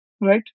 right